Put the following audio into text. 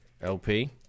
LP